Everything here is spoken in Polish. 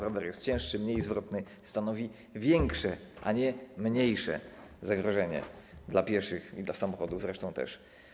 Rower jest cięższy, mniej zwrotny, stanowi większe, a nie mniejsze zagrożenie dla pieszych i dla samochodów zresztą też.